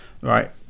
right